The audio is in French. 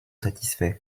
satisfaits